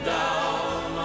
down